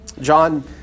John